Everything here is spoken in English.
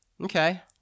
okay